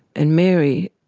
and mary,